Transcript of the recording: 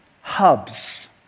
hubs